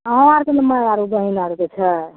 अहाँ आरके मैआ आर जे बहिन आर जे छै